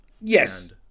Yes